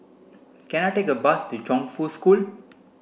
can I take a bus to Chongfu School